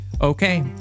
Okay